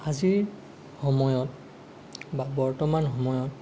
আজিৰ সময়ত বা বৰ্তমান সময়ত